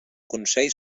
consell